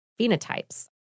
phenotypes